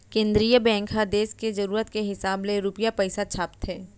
केंद्रीय बेंक ह देस के जरूरत के हिसाब ले रूपिया पइसा छापथे